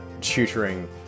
tutoring